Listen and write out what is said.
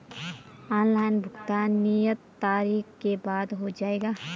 Online भुगतान नियत तारीख के बाद हो जाएगा?